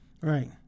Right